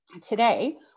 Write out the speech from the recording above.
Today